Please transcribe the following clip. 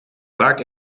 vaak